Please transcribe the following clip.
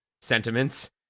sentiments